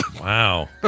Wow